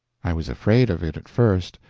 i was afraid of it at first,